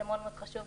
זה מאוד מאוד חשוב.